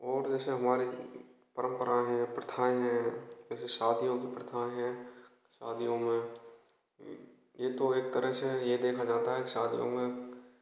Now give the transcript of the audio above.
और जैसे हमारे परम्पराएँ हैं प्रथाएँ हैं जैसे शादियों प्रथाएँ हैं की शादियों में ये तो एक तरह से ये देखा जाता है शादियों में के